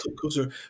closer